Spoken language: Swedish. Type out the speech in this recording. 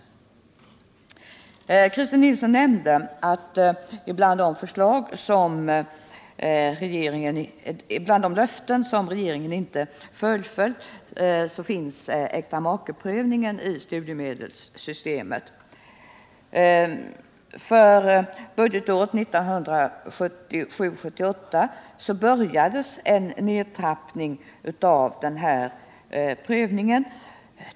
Christer Nilsson nämnde att bland de löften som regeringen inte fullföljt finns äktamakeprövningen i studiemedelssystemet. För budgetåret 1977/78 påbörjades en nedtrappning av den här prövningen.